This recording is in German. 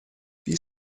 wie